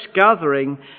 gathering